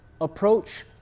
approach